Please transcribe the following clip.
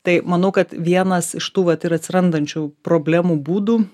tai manau kad vienas iš tų vat ir atsirandančių problemų būdų